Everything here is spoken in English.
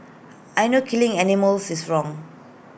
I know killing animals is wrong